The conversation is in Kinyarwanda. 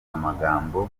amagambo